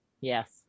Yes